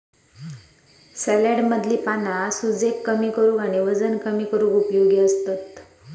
सॅलेडमधली पाना सूजेक कमी करूक आणि वजन कमी करूक उपयोगी असतत